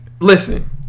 listen